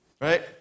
right